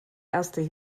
erste